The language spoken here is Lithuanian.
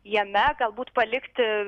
jame galbūt palikti